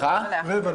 לא.